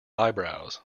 eyebrows